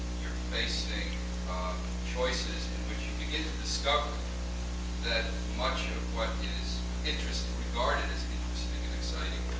you're facing choices in which you begin to discover that much of what is interesting regarded as interesting and exciting,